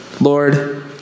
Lord